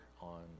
on